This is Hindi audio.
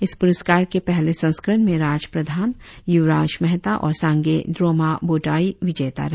इस पुरस्कार के पहले संस्करण में राज प्रधान य्वराज मेहता और सांगे ड्रोमा बोडोई विजेता रहे